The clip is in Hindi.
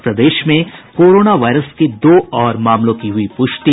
और प्रदेश में कोरोना वायरस के दो और मामलों की हुई पुष्टि